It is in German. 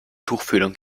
tuchfühlung